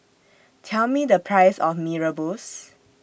Tell Me The Price of Mee Rebus